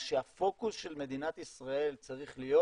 מה שהפוקוס של מדינת ישראל צריך להיות,